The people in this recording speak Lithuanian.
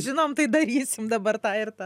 žinom tai darysim dabar tą ir tą